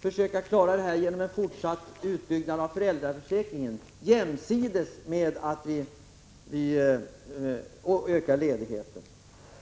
försöka klara det hela genom fortsatt utbyggnad av föräldraförsäkringen jämsides med att vi ökar ledigheten.